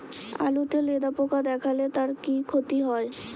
আলুতে লেদা পোকা দেখালে তার কি ক্ষতি হয়?